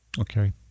Okay